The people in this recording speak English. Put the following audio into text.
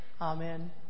Amen